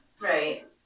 Right